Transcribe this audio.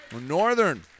Northern